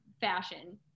fashion